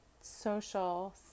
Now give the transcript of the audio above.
social